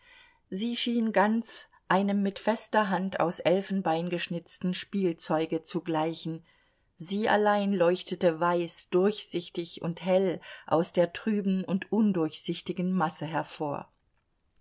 sie schien ganz einem mit fester hand aus elfenbein geschnitzten spielzeuge zu gleichen sie allein leuchtete weiß durchsichtig und hell aus der trüben und undurchsichtigen masse hervor